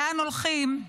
לאן הולכים,